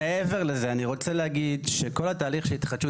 מעבר לזה אני רוצה להגיד שכל התהליך של התחדשות